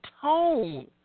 tone